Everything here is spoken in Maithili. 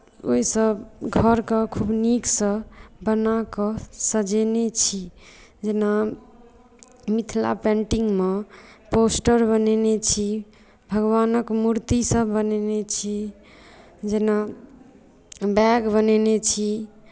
ओहिसँ घरकेँ खूब नीकसँ बना कऽ सजेने छी जेना मिथिला पेंटिंगमे पोस्टर बनेने छी भगवानक मूर्तिसभ बनेने छी जेना बैग बनेने छी